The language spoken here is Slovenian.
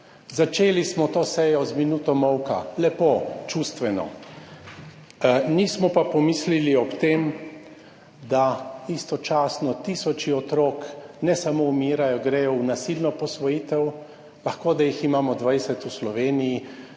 Začeli smo to sejo z minuto molka. Lepo, čustveno. Nismo pa pomislili ob tem, da istočasno tisoči otrok, ne samo umirajo, gredo v nasilno posvojitev, lahko da jih imamo dvajset v Sloveniji,